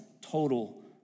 total